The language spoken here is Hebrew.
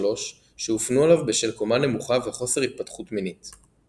שהופנו אליו בשל קומה נמוכה וחוסר התפתחות מינית.